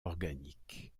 organique